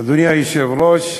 אדוני היושב-ראש,